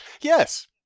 Yes